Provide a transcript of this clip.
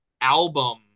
album